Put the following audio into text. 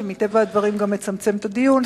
שמטבע הדברים זה גם מצמצם את הדיון.